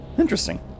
Interesting